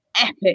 epic